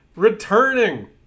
Returning